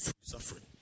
Suffering